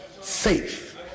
safe